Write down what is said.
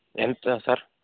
ఎంత సార్